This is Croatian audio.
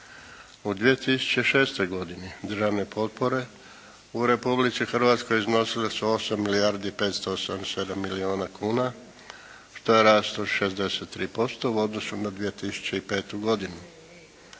U 2006. godine državne potpore u Republici Hrvatskoj iznosile su 8 milijardi i 587 milijuna kuna, što je raslo 63% u odnosu na 2005. godinu.